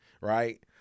Right